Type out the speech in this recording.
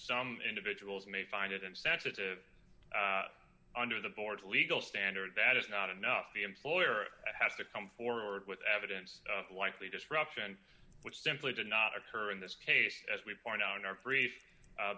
some individuals may find it insensitive under the board's legal standard that is not enough the employer has to come forward with evidence likely disruption which simply did not occur in this case as we point out in our brief